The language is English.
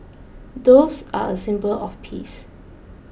doves are a symbol of peace